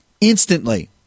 Instantly